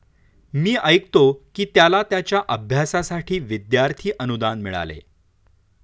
मी ऐकतो की त्याला त्याच्या अभ्यासासाठी विद्यार्थी अनुदान मिळाले